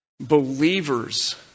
believers